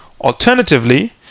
Alternatively